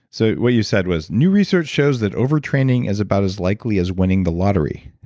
so what you said was, new research shows that over-training is about as likely as winning the lottery.